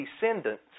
descendants